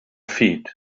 feet